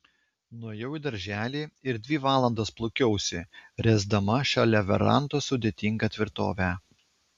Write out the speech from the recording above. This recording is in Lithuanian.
nuėjau į darželį ir dvi valandas plūkiausi ręsdama šalia verandos sudėtingą tvirtovę